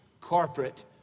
corporate